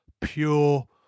pure